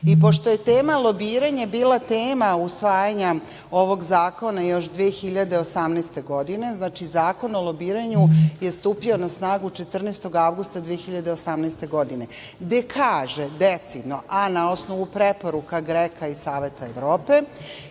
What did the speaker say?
i pošto je tema lobiranje bila tema usvajanja ovog zakona još 2018. godine, znači, Zakon o lobiranju je stupio na snagu 14. avgusta 2018. godine, gde kaže decidno, a na osnovu preporuka GREKO i Saveta Evrope,